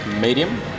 Medium